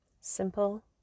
Simple